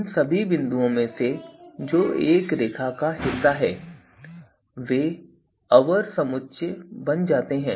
उन सभी बिंदुओं में से जो इस रेखा का हिस्सा हैं वे अवर समुच्चय बन जाते हैं